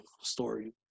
story